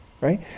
right